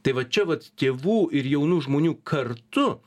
tai va čia vat tėvų ir jaunų žmonių kartu